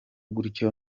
gutyo